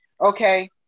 Okay